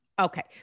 Okay